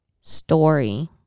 story